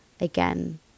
again